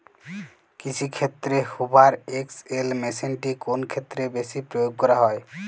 কৃষিক্ষেত্রে Hoover XL মেশিনটি কোন ক্ষেত্রে বেশি প্রয়োগ করা হয়?